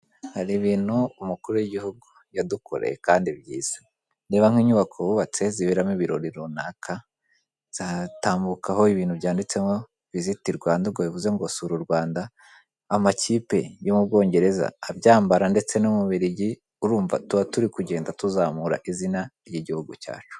Hari ibintu umukuru w'igihugu yadukoreye kandi byiza, reba nk'inyubako bubatse ziberamo ibirori runaka, uzatambukaho ibintu byanditseho viziti Rwanda ubwo bivuze ngo sura u Rwanda, amakipe yo mu bwongereza abyambara ndetse n'umubiligi urumva tuba turi kugenda tuzamura izina ry'igihugu cyacu.